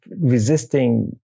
resisting